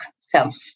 self